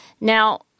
Now